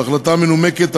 בהחלטה מנומקת,